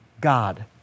God